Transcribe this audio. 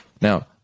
Now